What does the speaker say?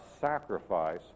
sacrifice